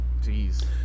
Jeez